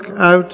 out